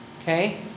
Okay